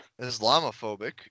Islamophobic